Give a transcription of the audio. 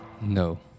No